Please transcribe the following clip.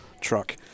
truck